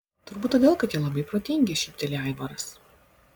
turbūt todėl kad jie labai protingi šypteli aivaras